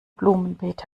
blumenbeet